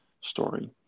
story